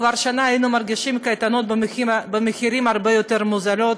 כבר השנה היינו מרגישים קייטנות הרבה יותר מוזלות,